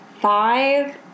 five